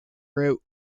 root